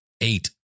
eight